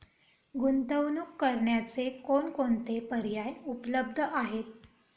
गुंतवणूक करण्याचे कोणकोणते पर्याय उपलब्ध आहेत?